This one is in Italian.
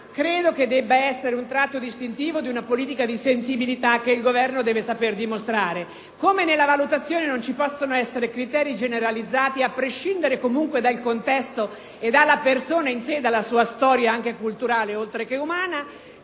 credo che debba essere un tratto distintivo di una politica di sensibilita` che il Governo deve saper dimostrare. Come nella valutazione non ci possono essere criteri generalizzati a prescindere dal contesto, dalla persona in se´, e dalla sua storia culturale, oltre che umana,